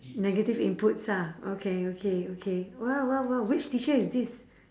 negative inputs ah okay okay okay !wow! !wow! !wow! which teacher is this